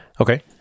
Okay